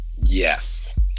Yes